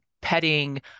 petting